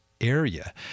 area